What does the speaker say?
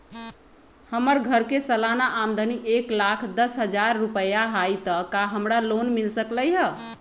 हमर घर के सालाना आमदनी एक लाख दस हजार रुपैया हाई त का हमरा लोन मिल सकलई ह?